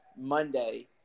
Monday